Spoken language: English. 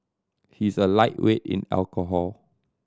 he is a lightweight in alcohol